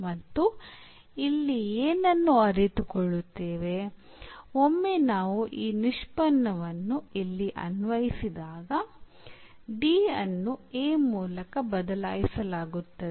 ನಾವು ಇಲ್ಲಿ ಏನನ್ನು ಅರಿತುಕೊಳ್ಳುತ್ತೇವೆ ಒಮ್ಮೆ ನಾವು ಈ ನಿಷ್ಪನ್ನವನ್ನು ಇಲ್ಲಿ ಅನ್ವಯಿಸಿದಾಗ D ಅನ್ನು a ಮೂಲಕ ಬದಲಾಯಿಸಲಾಗುತ್ತದೆ